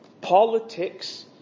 Politics